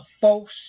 false